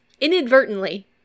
inadvertently